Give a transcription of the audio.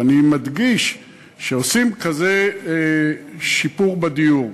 ואני מדגיש, שכשעושים כזה שיפור בדיור,